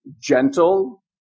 gentle